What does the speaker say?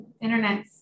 internet